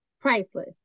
priceless